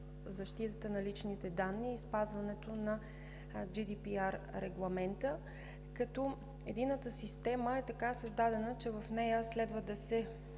защитата на личните данни и спазването на GDPR регламентът, като Единната система е така създадена, че в нея следва да се